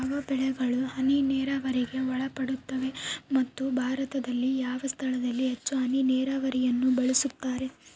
ಯಾವ ಬೆಳೆಗಳು ಹನಿ ನೇರಾವರಿಗೆ ಒಳಪಡುತ್ತವೆ ಮತ್ತು ಭಾರತದಲ್ಲಿ ಯಾವ ಸ್ಥಳದಲ್ಲಿ ಹೆಚ್ಚು ಹನಿ ನೇರಾವರಿಯನ್ನು ಬಳಸುತ್ತಾರೆ?